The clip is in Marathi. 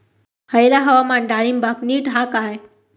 हयला हवामान डाळींबाक नीट हा काय?